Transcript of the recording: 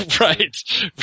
Right